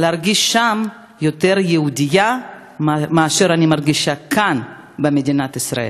להרגיש שם יותר יהודייה מאשר אני מרגישה כאן במדינת ישראל.